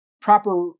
proper